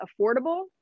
affordable